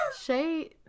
Shay